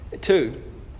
Two